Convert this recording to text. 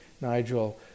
Nigel